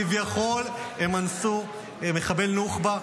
כביכול הם אנסו מחבל נוח'בה בשדה תימן.